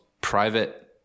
private